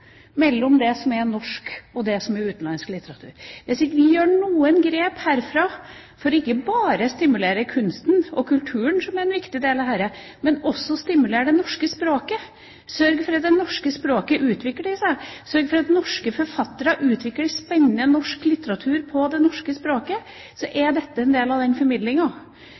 ikke bare for å stimulere kunsten og kulturen som en viktig del av dette, men også for stimulere det norske språket, sørge for at det norske språket utvikler seg, sørge for at norske forfattere utvikler spennende norsk litteratur på det norske språket, er dette en del av den